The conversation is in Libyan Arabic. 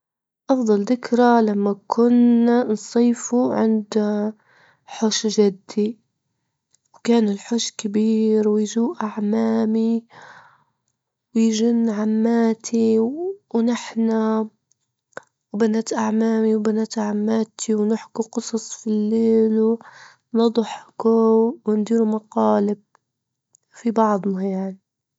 أفضل ذكرى لما كنا نصيفوا عند حوش جدي، وكان الحوش كبير ويجوا أعمامي ويجونا عماتي، ونحن وبنات أعمامي وبنات عماتي ونحكوا قصص في الليل ونضحكوا، ونديروا مقالب في بعضنا يعني.